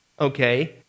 okay